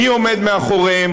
מי עומד מאחוריהם,